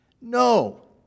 No